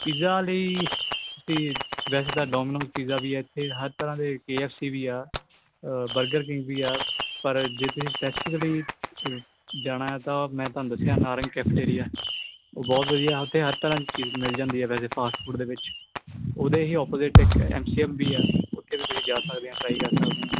pizza ਲਈ ਤੁਸੀਂ ਵੈਸੇ ਤਾਂ ਡੋਮੀਨੋਜ ਪੀਜਾ ਵੀ ਹੈ ਇੱਥੇ ਤਾਂ ਹਰ ਤਰ੍ਹਾਂ ਦੇ ਕੇ ਐਫ ਸੀ ਵੀ ਆ ਬਰਗਰ ਕਿੰਗ ਵੀ ਆ ਪਰ ਜੇ ਤੁਸੀਂ ਸਪੈਸ਼ਲੀ ਜਾਣਾ ਤਾਂ ਮੈਂ ਤੁਹਾਨੂੰ ਦੱਸਿਆ ਨਾਰੰਗ ਕੈਫੇਟੇਰੀਆ ਉਹ ਬਹੁਤ ਵਧੀਆ ਹਰ ਤਰ੍ਹਾਂ ਮਿਲ ਜਾਂਦੀ ਹੈ ਵੈਸੇ ਫਾਸਟਫੂਡ ਦੇ ਵਿੱਚ ਉਹਦੇ ਹੀ ਓਪੋਜਿਟ ਇੱਕ ਐਮ ਸੀ ਐਮ ਵੀ ਆ ਉੱਥੇ ਵੀ ਤੁਸੀਂ ਜਾ ਸਕਦੇ ਆ ਟ੍ਰਾਈ ਕਰ ਸਕਦੇ ਹਾਂ